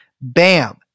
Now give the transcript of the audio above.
Bam